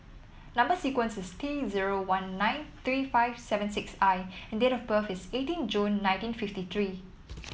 number sequence is T zero one nine three five seven six I and date of birth is eighteen June nineteen fifty three